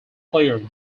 player